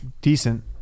Decent